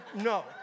no